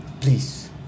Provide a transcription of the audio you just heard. Please